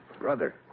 Brother